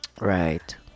Right